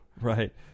Right